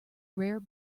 rare